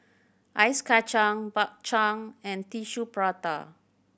ice kacang Bak Chang and Tissue Prata